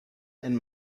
and